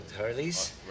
Harley's